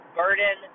burden